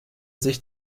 sich